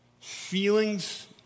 Feelings